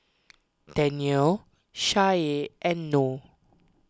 Daniel Syah and Noh